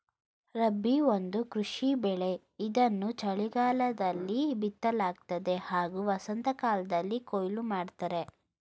ರಾಬಿ ಒಂದು ಕೃಷಿ ಬೆಳೆ ಇದನ್ನು ಚಳಿಗಾಲದಲ್ಲಿ ಬಿತ್ತಲಾಗ್ತದೆ ಹಾಗೂ ವಸಂತಕಾಲ್ದಲ್ಲಿ ಕೊಯ್ಲು ಮಾಡ್ತರೆ